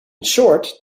short